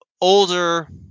older